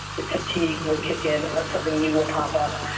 it's fatigue will kick in, something new will pop up.